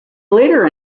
later